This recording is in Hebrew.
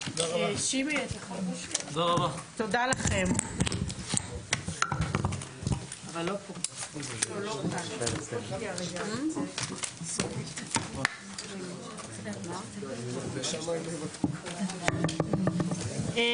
הישיבה ננעלה בשעה 11:20.